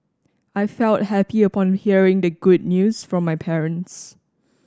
I felt happy upon hearing the good news from my parents